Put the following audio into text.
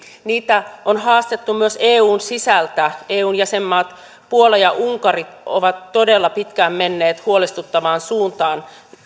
niitä on haastettu myös eun sisältä eun jäsenmaat puola ja unkari ovat todella pitkään menneet huolestuttavaan suuntaan